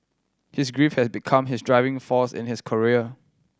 his grief had become his driving force in his career